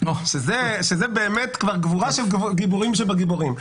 זו באמת כבר גבורה שבגיבורים שבגיבורים.